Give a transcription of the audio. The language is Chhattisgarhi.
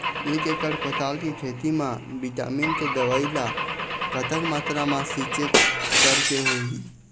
एक एकड़ पताल के खेत मा विटामिन के दवई ला कतक मात्रा मा छीचें करके होही?